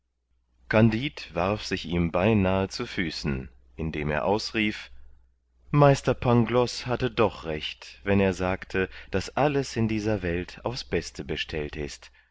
kandid warf sich ihm beinahe zu füßen indem er ausrief magister pangloß hatte doch recht wenn er sagte daß alles in dieser welt aufs beste bestellt ist